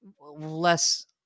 less